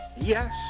Yes